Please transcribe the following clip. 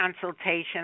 consultation